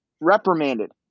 reprimanded